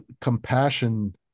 compassion